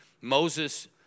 Moses